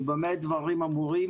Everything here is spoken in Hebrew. במה הדברים אמורים